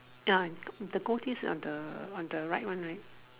ya the the goatees on the on the right one right